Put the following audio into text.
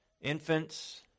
infants